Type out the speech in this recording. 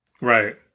Right